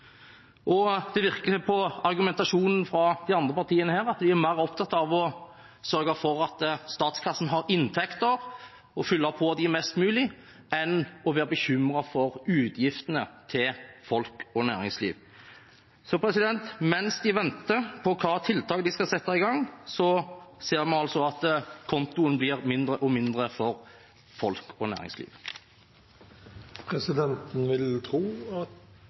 Det virker på argumentasjonen fra de andre partiene her som de er mer opptatt av å sørge for at statskassen har inntekter og fylle på dem mest mulig, enn å være bekymret for utgiftene til folk og næringsliv. Mens de venter på hvilke tiltak de skal sette i gang, ser vi altså at kontoen blir mindre og mindre for folk og